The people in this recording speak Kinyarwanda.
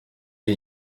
iyi